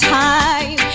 time